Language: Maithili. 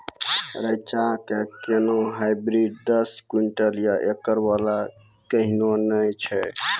रेचा के कोनो हाइब्रिड दस क्विंटल या एकरऽ वाला कहिने नैय छै?